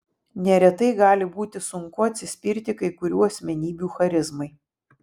neretai gali būti sunku atsispirti kai kurių asmenybių charizmai